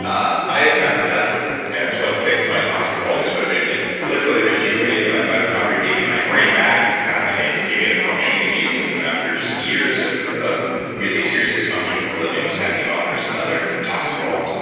ah i have found that that's what yeah that's what fixed my toxic mold exposure. it literally rejuvenated my mitochondria, gave me my brain back, and it it me a functioning immune system after just years of of really serious dysfunction from living with stachybotrys and other toxic molds.